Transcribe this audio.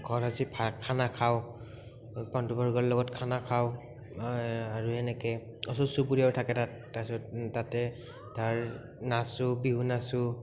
ঘৰ সাজি ভাত খানা খাওঁ বন্ধু বৰ্গৰ লগত খানা খাওঁ আৰু এনেকে ওচৰ চুবুৰীয়াও থাকে তাত তাছত তাতে তাৰ নাচোঁ বিহু নাচোঁ